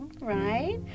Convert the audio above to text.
right